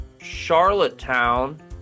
Charlottetown